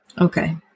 Okay